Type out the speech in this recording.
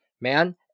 man